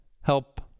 Help